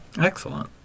Excellent